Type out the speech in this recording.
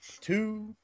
two